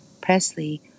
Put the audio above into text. Presley